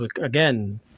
Again